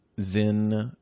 zin